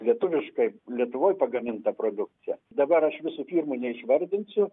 lietuviškai lietuvoj pagamintą produkciją dabar aš visų firmų neišvardinsiu